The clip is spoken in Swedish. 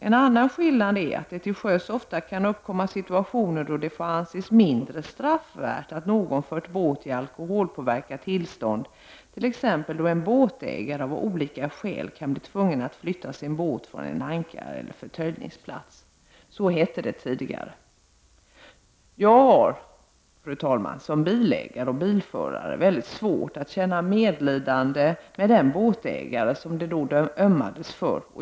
En annan skillnad är att det till sjöss ofta kan uppkomma situationer då det får anses mindre straffvärt att någon fört båt i alkoholpåverkat tillstånd, t.ex. då en båtägare av olika skäl kan bli tvungen att flytta sin båt från en ankareller förtöjningsplats.” Så hette det tidigare. Jag har, fru talman, som bilägare och bilförare mycket svårt att känna medlidande med den båtägare som det då ömmades för.